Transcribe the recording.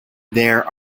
there